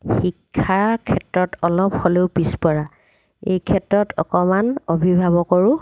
শিক্ষাৰ ক্ষেত্ৰত অলপ হ'লেও পিছ পৰা এই ক্ষেত্ৰত অকণমান অভিভাৱকৰো